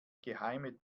geheime